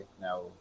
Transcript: now